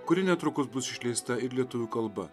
kuri netrukus bus išleista ir lietuvių kalba